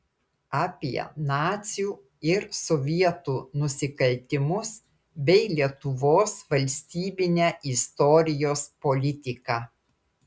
apie nacių ir sovietų nusikaltimus bei lietuvos valstybinę istorijos politiką